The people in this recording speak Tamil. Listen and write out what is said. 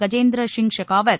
கஜேந்திரசிங் ஷெகாவத்